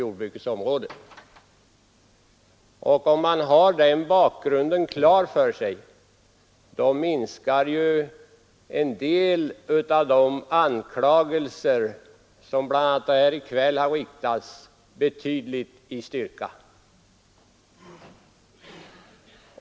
Om man har den bakgrunden klar för sig, minskar en del av de anklagelser som bl.a. här i kväll har riktats mot denna rörelse betydligt i styrka.